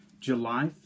July